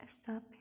stop